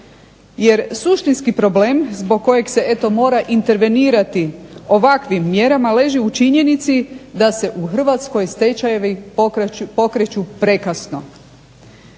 jer suštinski problem zbog kojeg se eto mora intervenirati ovakvim mjerama leži u činjenici da se u Hrvatskoj stečajevi pokreću prekasno.